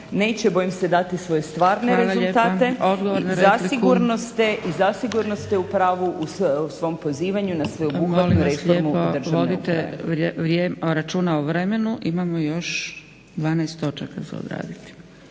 neće bojim se dati svoje stvarne rezultate i zasigurno ste u pravu u svom pozivanju na sveobuhvatno reformu državnu